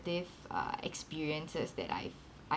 uh experiences that I've I've